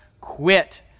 quit